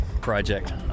project